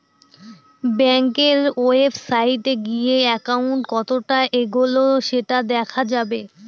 ব্যাঙ্কের ওয়েবসাইটে গিয়ে একাউন্ট কতটা এগোলো সেটা দেখা যাবে